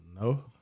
No